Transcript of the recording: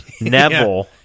Neville